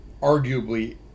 arguably